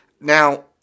Now